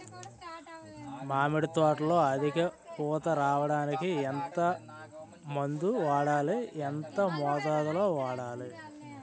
మామిడి తోటలో అధిక పూత రావడానికి ఎంత మందు వాడాలి? ఎంత మోతాదు లో వాడాలి?